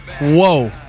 Whoa